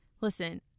Listen